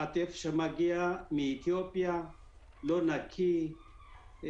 הטף שמגיע מאתיופיה לא נקי,